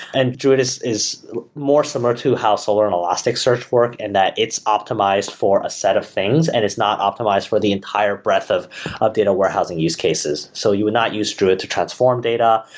and druid is is more similar to how solar and elasticsearch work and that it's optimized for a set of things and it's not optimized for the entire breadth of of data warehousing use cases. so you would not use druid to transform data,